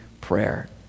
prayer